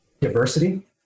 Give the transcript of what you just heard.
diversity